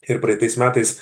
ir praeitais metais